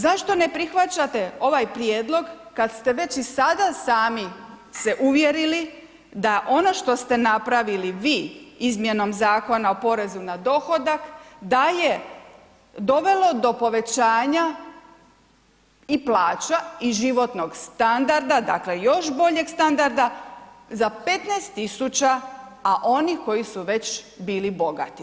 Zašto ne prihvaćate ovaj prijedlog kada ste već i sada sami se uvjerili da ono što ste napravili vi Izmjenom zakona o porezu na dohodak da je dovelo do povećanja i plaća i životnog standarda, dakle još boljeg standarda za 15 tisuća a oni koji su već bili bogati.